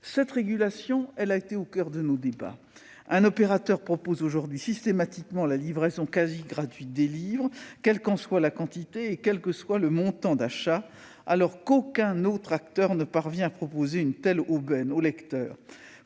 Cette régulation a été au coeur de nos débats. Un opérateur propose aujourd'hui systématiquement la livraison quasi gratuite des livres, quelle qu'en soit la quantité et quel que soit le montant d'achat, alors qu'aucun autre acteur ne parvient à proposer une telle aubaine au lecteur.